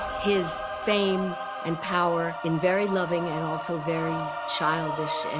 his fame and power in very loving and also very childish